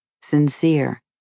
sincere